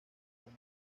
como